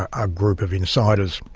a group of insiders.